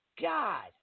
God